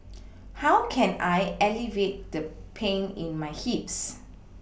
how can I alleviate the pain in my hips